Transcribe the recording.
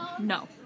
No